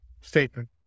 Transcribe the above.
statement